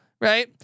right